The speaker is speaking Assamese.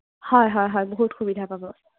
হয় হয় হয় বহুত সুবিধা পাব